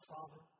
Father